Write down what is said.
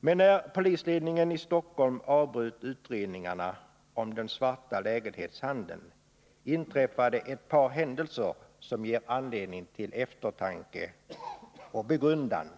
Men när polisledningen i Stockholm avbröt utredningarna om den svarta lägenhetshandeln inträffade ett par händelser som ger anledning till eftertanke — och begrundan.